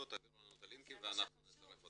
הם יעבירו לנו את הלינקים ואנחנו נצרף אותם.